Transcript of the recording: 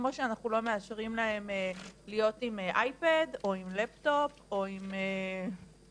כמו שאנחנו לא מאשרים להם להיות עם אייפד או עם לפטופ או עם ווקמן,